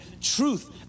truth